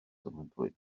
rhywbryd